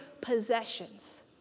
Possessions